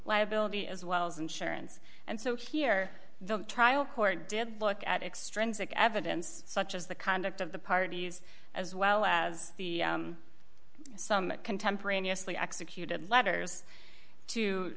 liability as well as insurance and so here the trial court did look at extrinsic evidence such as the conduct of the parties as well as the some contemporaneously executed letters to